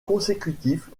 consécutive